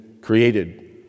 created